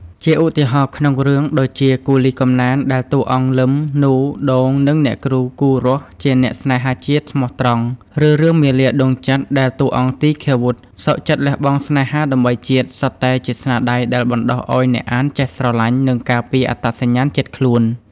ជាឧទាហរណ៍ ក្នុងរឿងដូចជា «គូលីកំណែន» ដែលតួអង្គ លឹម នូ ដូង និងអ្នកគ្រូ គូរស់ ជាអ្នកស្នេហាជាតិស្មោះត្រង់ ឬរឿង «មាលាដួងចិត្ត» ដែលតួអង្គទីឃាវុធសុខចិត្តលះបង់ស្នេហាដើម្បីជាតិ សុទ្ធតែជាស្នាដៃដែលបណ្តុះឱ្យអ្នកអានចេះស្រឡាញ់ និងការពារអត្តសញ្ញាណជាតិខ្លួន។